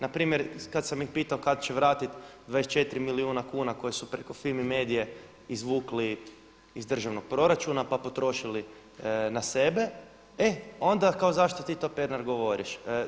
Na primjer, kad sam ih pitao kad će vratiti 24 milijuna kuna koje su preko FIMI Medie izvukli iz državnog proračuna, pa potrošili na sebe, e onda kao zašto ti to Pernar govoriš.